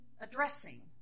addressing